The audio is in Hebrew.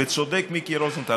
וצודק מיקי רוזנטל,